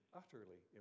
utterly